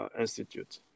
Institute